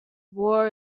war